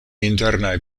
internaj